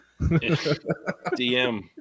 DM